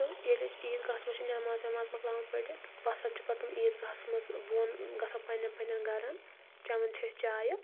تہٕ ییٚلہِ أسۍ عیٖد گاہَس منٛز چھِ نٮ۪ماز وٮ۪ماز مَۄکلاوان پٔڑِتھ تہٕ وَسان چھِ پَتہٕ تٔمۍ عیٖد گاہَس منٛز بوٚن گژھان پَنٛنٮ۪ن پَنٛنٮ۪ن گَران چٮ۪وان چھِ أسۍ چایہِ